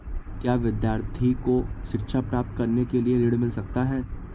क्या विद्यार्थी को शिक्षा प्राप्त करने के लिए ऋण मिल सकता है?